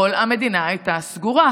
כשכל המדינה הייתה סגורה,